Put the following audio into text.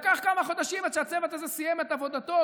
לקח כמה חודשים עד שהצוות הזה סיים את עבודתו,